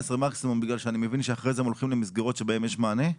מקסימום בגלל שאני מבין שאחרי זה הם הולכים למסגרות שבהם יש מענה?